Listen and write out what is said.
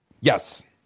Yes